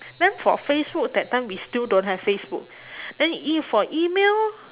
then for facebook that time we still don't have facebook then e~ for email